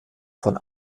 von